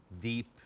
deep